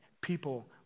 people